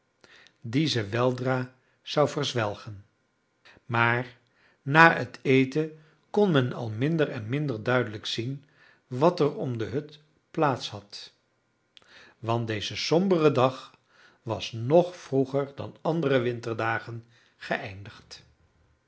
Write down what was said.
ze weldra zou verzwelgen maar na het eten kon men al minder en minder duidelijk zien wat er om de hut plaats had want deze sombere dag was nog vroeger dan andere winterdagen geëindigd